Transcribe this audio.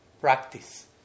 practice